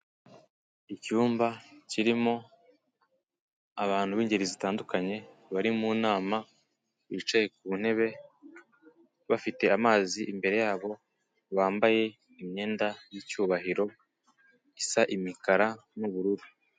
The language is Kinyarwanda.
icyumba kirimo abantu b'ingeri zitandukanye bari mu nama bicaye ku ntebe bafite amazi imbere yabo bambaye imyenda y'icyubahiro isa imikara n'ubururu.